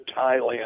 Thailand